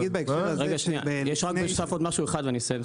בהקשר הזה --- יש רק בנוסף עוד משהו אחד ואני אסיים,